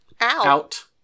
Out